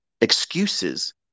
excuses